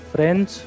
Friends